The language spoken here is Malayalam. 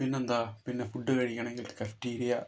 പിന്നെന്താ പിന്നെ ഫുഡ് കഴിക്കണെങ്കിൽ കഫെറ്റീരിയ